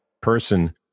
person